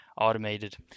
automated